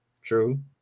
True